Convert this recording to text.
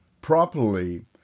properly